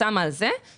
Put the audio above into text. שמה על זה,